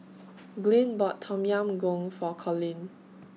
Glynn bought Tom Yam Goong For Colin